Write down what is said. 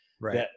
Right